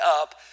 up